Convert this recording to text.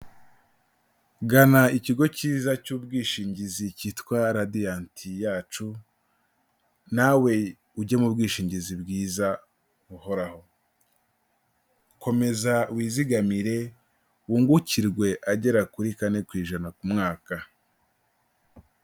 Gana ikigo cyiza cy'ubwishingizi cyitwa radiyanti yacu nawe ujye mu bwishingizi bwiza buhoraho, komeza wizigamire wungukirwe agera kuri kane ku ijana ku mwaka.